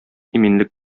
иминлек